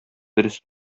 дөрес